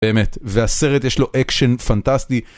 באמת, והסרט יש לו אקשן פנטסטי.